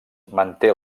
manté